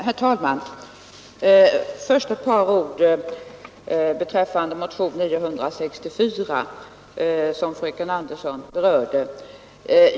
Herr talman! Först ett par ord beträffande motionen 964, som fröken Andersson i Stockholm berörde.